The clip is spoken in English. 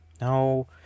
No